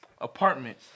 apartment